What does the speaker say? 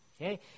Okay